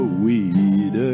weed